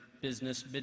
business